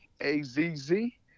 A-Z-Z